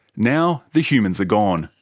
now the humans are gone,